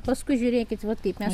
paskui žiūrėkit vat kaip mes